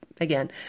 again